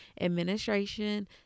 administration